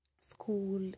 school